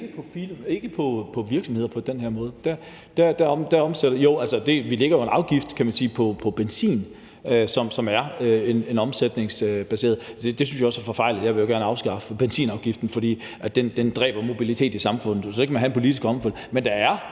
ikke på virksomheder på den her måde. Jo, altså, vi lægger jo en afgift, kan man sige, på benzin, som er omsætningsbaseret. Det synes jeg også er forfejlet. Jeg vil jo gerne afskaffe benzinafgiften, fordi den dræber mobilitet i samfundet. Jeg kan så undre mig over,